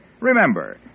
Remember